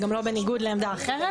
זה גם לא בניגוד לעמדה אחרת.